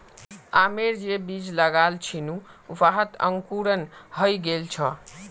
आमेर जे बीज लगाल छिनु वहात अंकुरण हइ गेल छ